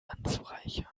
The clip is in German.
anzureichern